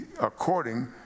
according